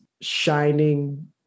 shining